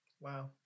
Wow